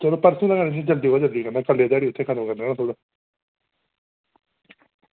चलो परसूं तगर में जल्दी कोला जल्दी करना कल्लै दी ध्याड़ी उत्थें कम्म करना पूरा